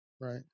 right